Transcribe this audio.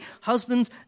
husbands